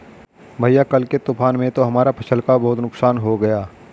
भैया कल के तूफान में तो हमारा फसल का बहुत नुकसान हो गया